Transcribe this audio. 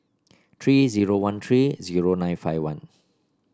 three zero one three zero nine five one